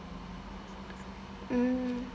mm